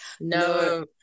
no